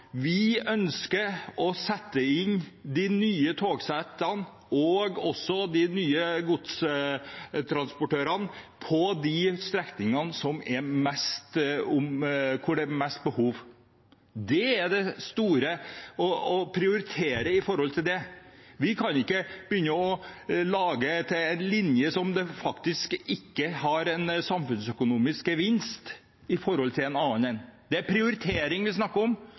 vi ønsker å sette inn de nye togsettene og også de nye godstransportørene på de strekningene hvor det er mest behov. Det er det store, å prioritere i henhold til det. Vi kan ikke begynne å lage en linje som ikke har en samfunnsøkonomisk gevinst i forhold til en annen. Det er prioritering vi snakker om.